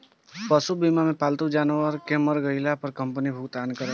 पशु बीमा मे पालतू जानवर के मर गईला पर कंपनी भुगतान करेले